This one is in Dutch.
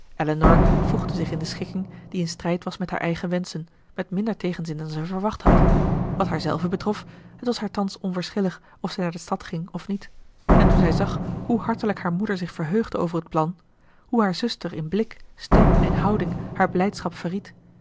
voegde zich in de schikking die in strijd was met haar eigen wenschen met minder tegenzin dan zij verwacht had wat haarzelve betrof het was haar thans onverschillig of zij naar de stad ging of niet en toen zij zag hoe hartelijk haar moeder zich verheugde over het plan hoe haar zuster in blik stem en houding haar blijdschap verried